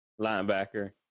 linebacker